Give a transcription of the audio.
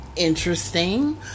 interesting